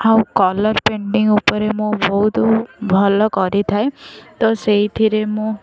ଆଉ colour painting ଉପରେ ମୁଁ ବହୁତ ଭଲ କରିଥାଏ ତ ସେଇଥିରେ ମୁଁ